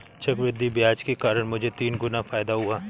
चक्रवृद्धि ब्याज के कारण मुझे तीन गुना फायदा हुआ